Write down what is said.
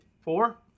four